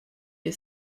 est